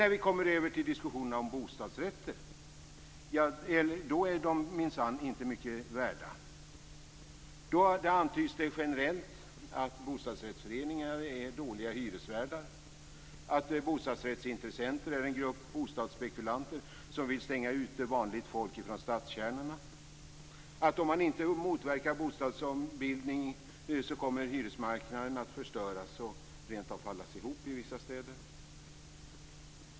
När vi kommer över till en diskussion om bostadsrätter då är de minsann inte mycket värda. Då antyds det generellt att bostadsrättsföreningar är dåliga hyresvärdar, att bostadsrättsintressenter är en grupp bostadsspekulanter som vill slänga ut vanligt folk från stadskärnorna, att om man inte motverkar bostadsombildning kommer hyresmarknaden att förstöras och rent av falla ihop i vissa städer.